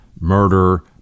murder